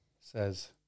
says